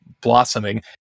blossoming